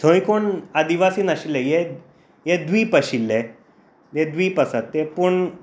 थंय कोण आदिवासी नाशिल्लें हे द्विप आशिल्लें हे द्विप आसा ते पूण